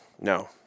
No